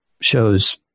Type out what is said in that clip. shows